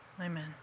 Amen